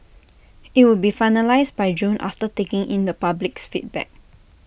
IT will be finalised by June after taking in the public's feedback